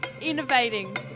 innovating